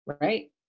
right